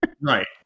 Right